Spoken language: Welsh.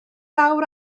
awr